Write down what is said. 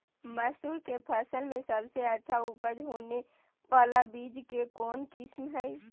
मसूर के फसल में सबसे अच्छा उपज होबे बाला बीज के कौन किस्म हय?